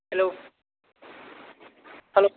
hello hello